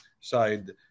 side